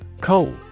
Coal